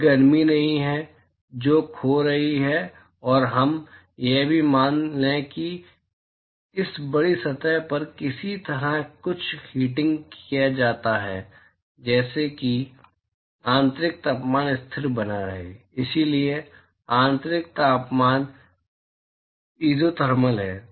कोई गर्मी नहीं है जो खो रही है और हम यह भी मान लें कि इस बड़ी सतह पर किसी तरह कुछ हीटिंग किया जाता है जैसे कि आंतरिक तापमान स्थिर बना रहता है इसलिए आंतरिक तापमान इज़ोथर्मल है